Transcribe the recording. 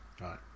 Right